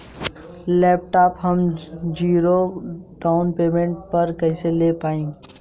Laptop हम zero down payment पर कैसे ले पाएम?